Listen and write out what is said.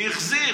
החזיר.